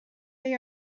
they